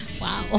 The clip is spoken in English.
Wow